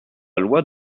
loi